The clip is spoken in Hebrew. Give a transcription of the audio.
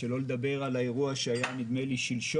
שלא לדבר על האירוע שהיה שלשום,